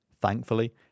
thankfully